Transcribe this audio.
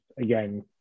again